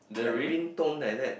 like ring tone like that